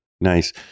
Nice